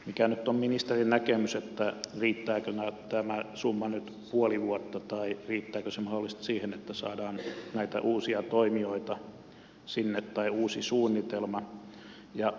mikä nyt on ministerin näkemys riittääkö tämä summa nyt puoli vuotta tai riittääkö se mahdollisesti siihen että saadaan uusia toimijoita sinne tai uusi suunnitelma